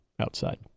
outside